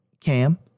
Cam